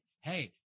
hey